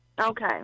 Okay